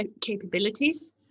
capabilities